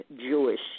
Jewish